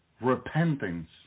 repentance